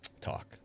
talk